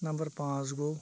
number پانٛژھ گوٚو